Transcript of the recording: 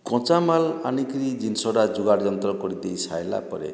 କଞ୍ଚାମାଲ୍ ଆନିକିରି ଜିନିଷ୍ ଟା ଯୋଗାଡ଼ ଯନ୍ତ୍ର କରି ଦେଇ ସାରିଲା ପରେ